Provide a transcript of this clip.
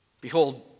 Behold